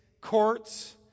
courts